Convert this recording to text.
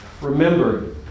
Remember